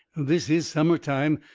this is summer-time,